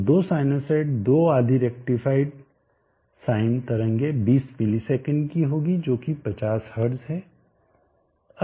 तो 2 साइनसोइड्स 2 आधी rectified sine तरंगें 20 ms की होगी जो कि 50 हर्ट्ज है